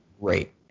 great